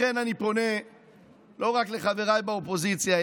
לכן אני פונה לא רק לחבריי באופוזיציה,